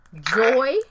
Joy